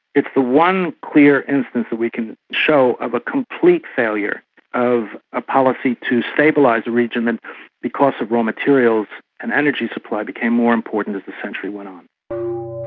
it's the one clear instance that we can show of a complete failure of a policy to stabilise the region and because of raw materials an energy supply became more important as the century went on.